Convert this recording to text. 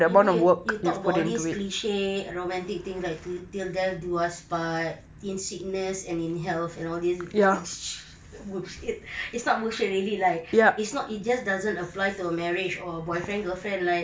you know you talk about all these cliche romantic things like till till death do us part in sickness and in health and all this bullshit it's not bullshit really like it's not it just doesn't apply to a marriage or a boyfriend girlfriend and like